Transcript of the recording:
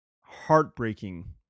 heartbreaking